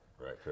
Right